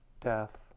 death